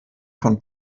von